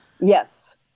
Yes